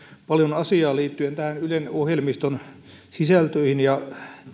paljon asiaa liittyen ylen ohjelmiston sisältöihin ja